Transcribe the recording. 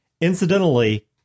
Incidentally